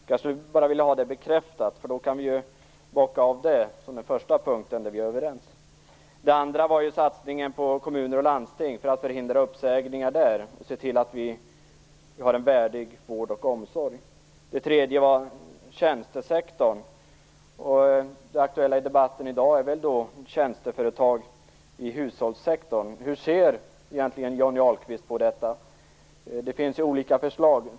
Jag skulle bara vilja ha det bekräftat. Då kan vi bocka av det som den första punkten där vi är överens. Det andra var satsningen på kommuner och landsting för att förhindra uppsägningar och se till att vi har en värdig vård och omsorg. Det tredje var tjänstesektorn. Det aktuella i debatten i dag är tjänsteföretag i hushållssektorn. Hur ser egentligen Johnny Ahlqvist på detta? Det finns olika förslag.